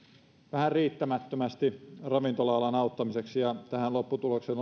vähän riittämättömästi ravintola alan auttamiseksi ja tähän lopputulokseen